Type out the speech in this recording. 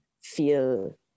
feel